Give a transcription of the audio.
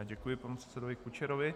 Děkuji panu předsedovi Kučerovi.